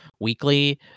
Weekly